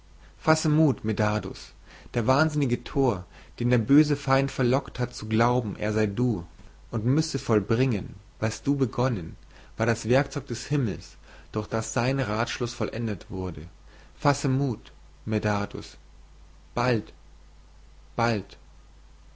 fasse mut medardus der wahnsinnige tor den der böse feind verlockt hat zu glauben er sei du und müsse vollbringen was du begonnen war das werkzeug des himmels durch das sein ratschluß vollendet wurde fasse mut medardus bald bald